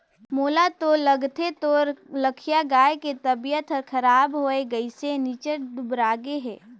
मोला तो लगथे तोर लखिया गाय के तबियत हर खराब होये गइसे निच्च्ट दुबरागे हे